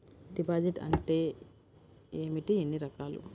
Deposit అంటే ఏమిటీ ఎన్ని రకాలు?